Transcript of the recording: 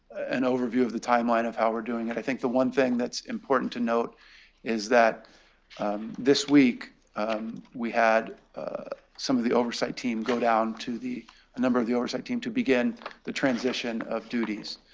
and overview of the timeline of how we're doing. and i think the one thing that's important to note is that this week we had some of the oversight team go down to the number of the oversight team to begin the transition of duties,